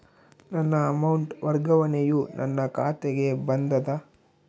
ನನ್ನ ಅಮೌಂಟ್ ವರ್ಗಾವಣೆಯು ನನ್ನ ಖಾತೆಗೆ ಬಂದದ